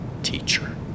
teacher